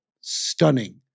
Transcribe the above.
stunning